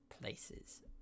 places